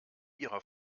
ihrer